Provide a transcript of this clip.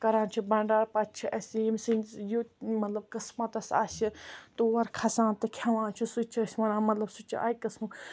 کَران چھِ بنڑارٕ پَتہٕ چھِ اسہِ یِمہٕ سٕندِس یہِ مطلب قٕسمَتس آسہِ تور کھسان تہٕ کھٮ۪وان تہٕ سُہ تہِ چھِ أسۍ وَنان مطلب سُہ تہِ چھُ اَکہِ قٕسمُک